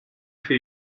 for